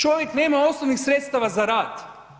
Čovjek nema osnovnih sredstava za rad.